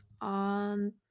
on